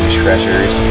treasures